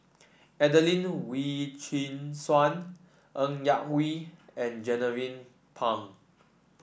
Adelene Wee Chin Suan Ng Yak Whee and Jernnine Pang